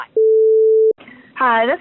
Hi